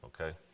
okay